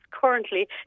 Currently